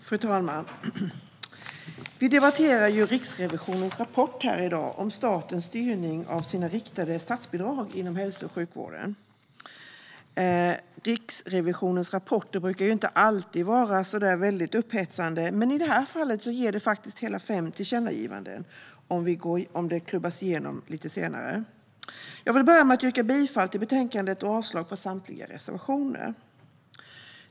Fru talman! Vi debatterar i dag Riksrevisionens rapport om statens styrning genom riktade statsbidrag inom hälso och sjukvården. Riksrevisionens rapporter brukar inte alltid vara så väldigt upphetsande. Men i det här fallet blir det faktiskt hela fem tillkännagivanden om de klubbas igenom lite senare. Jag vill börja med att yrka bifall till utskottets förslag i betänkandet och avslag på samtliga reservationer.